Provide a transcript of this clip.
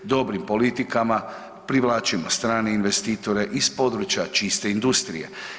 Dobrim politikama privlačimo strane investitore iz područja čiste industrije.